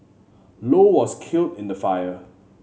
low was killed in the fire